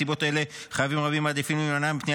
מסיבות אלה חייבים רבים מעדיפים להימנע מפנייה